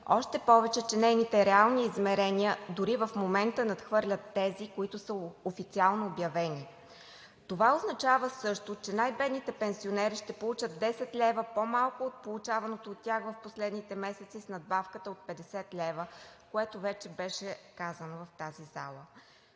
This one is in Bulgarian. още повече че нейните реални измерения дори в момента надхвърлят тези, които са официално обявени. Това означава също, че най-бедните пенсионери ще получават 10 лв. по малко от получаваното от тях в последните месеци с надбавката от 50 лв., което вече беше казано в тази зала.